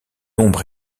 ombre